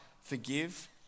forgive